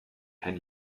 kein